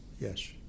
yes